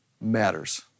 matters